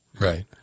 Right